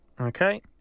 Okay